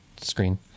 screen